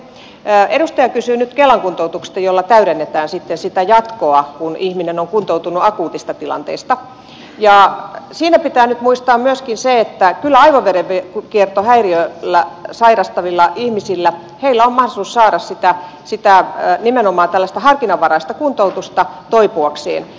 edustaja kysyy nyt kelan kuntoutuksesta jolla täydennetään sitten sitä jatkoa kun ihminen on kuntoutunut akuutista tilanteesta ja siinä pitää nyt muistaa myöskin se että kyllä aivoverenkiertohäiriötä sairastavilla ihmisillä on mahdollisuus saada nimenomaan tällaista harkinnanvaraista kuntoutusta toipuakseen